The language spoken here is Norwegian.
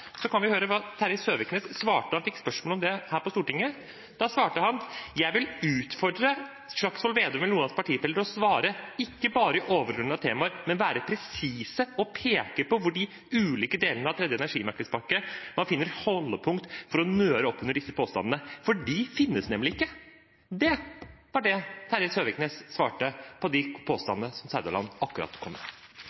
kan vi høre hva Terje Søviknes svarte da han fikk spørsmål om det her på Stortinget. Da svarte han: «Jeg vil utfordre representanten Slagsvold Vedum eller noen av hans partifeller til å svare på dette og da ikke bare i overordnede termer, men være presise og peke på hvor i de ulike delene av tredje energimarkedspakke man finner holdepunkter for å nøre opp under disse påstandene. De finnes nemlig ikke.» Det var det Terje Søviknes svarte på de